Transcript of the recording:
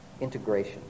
integration